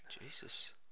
Jesus